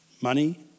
Money